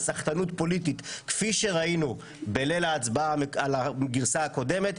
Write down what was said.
לסחטנות פוליטית כפי שראינו בליל ההצבעה על הגרסה הקודמת.